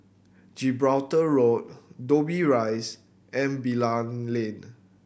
Gibraltar Road Dobbie Rise and Bilal Lane